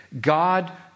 God